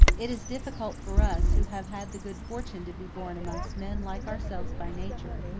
it is difficult for us, who have had the good fortune to be born amongst men like ourselves by nature,